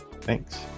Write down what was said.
Thanks